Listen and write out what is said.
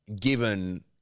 given